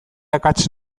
akats